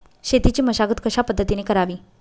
शेतीची मशागत कशापद्धतीने करावी?